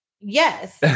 Yes